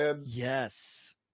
Yes